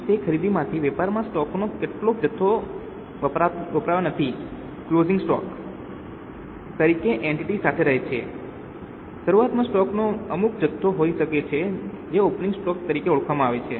તેથી તે ખરીદીમાંથી વેપારમાં સ્ટોકનો કેટલોક જથ્થો વેચાયો નથી ક્લોઝિંગ સ્ટોક તરીકે એન્ટિટી સાથે રહે છે શરૂઆતમાં સ્ટોકનો અમુક જથ્થો હોઈ શકે છે જે ઓપનિંગ સ્ટોક તરીકે ઓળખાય છે